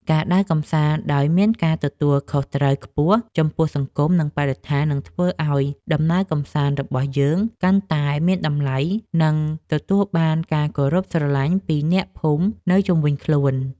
ការដើរកម្សាន្តដោយមានការទទួលខុសត្រូវខ្ពស់ចំពោះសង្គម និង បរិស្ថាននឹងធ្វើឱ្យដំណើរកម្សាន្តរបស់យើងកាន់តែមានតម្លៃ និង ទទួលបានការគោរពស្រឡាញ់ពីអ្នកភូមិនៅជុំវិញខ្លួន។